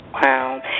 Wow